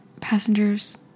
passenger's